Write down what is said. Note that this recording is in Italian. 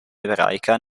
ebraica